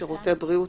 שירותי בריאות,